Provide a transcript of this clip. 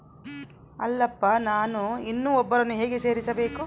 ಅಲ್ಲಪ್ಪ ನಾನು ಇನ್ನೂ ಒಬ್ಬರನ್ನ ಹೇಗೆ ಸೇರಿಸಬೇಕು?